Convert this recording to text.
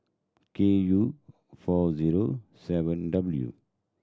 K U four zero seven W